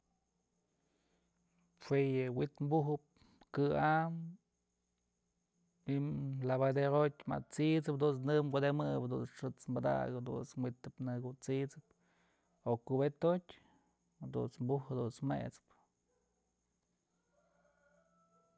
Jue yë wi'it bujëp kë amji'im lavadero jotyë at'sisëp dunt's në kudëmëp jadunt's xët's badakëp dunt's wi'it ji'ib nëkutsisëb o kubetë jotyë jadunt's buj jadunt's jësëp.